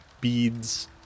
beads